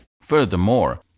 Furthermore